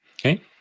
Okay